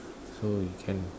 so we can